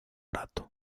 rato